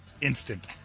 instant